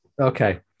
Okay